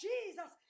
Jesus